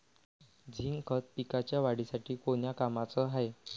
Zinc खत पिकाच्या वाढीसाठी कोन्या कामाचं हाये?